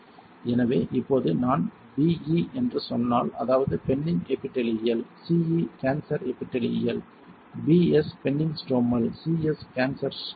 எனவே இப்போது நான் BE என்று சொன்னால் அதாவது benign epithelial CE cancer epithelial BS benign stromal CS cancer stromal